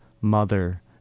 Mother